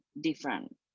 different